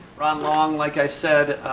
ron long, like i said,